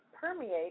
permeate